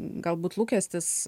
galbūt lūkestis